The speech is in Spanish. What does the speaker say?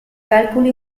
cálculo